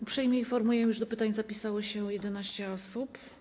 Uprzejmie informuję, iż do pytań zapisało się 11 osób.